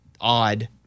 odd